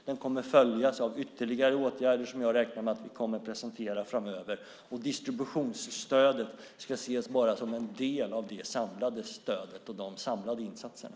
Den kommer att följas av ytterligare åtgärder som jag räknar med att vi kommer att presentera framöver. Distributionsstödet ska ses bara som en del av de samlade insatserna.